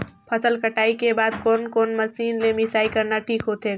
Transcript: फसल कटाई के बाद कोने कोने मशीन ले मिसाई करना ठीक होथे ग?